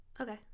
Okay